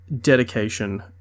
dedication